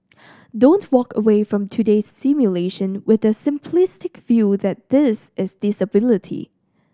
don't walk away from today's simulation with the simplistic view that this is disability